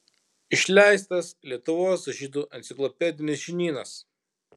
išleistas lietuvos žydų enciklopedinis žinynas